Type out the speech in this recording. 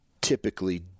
typically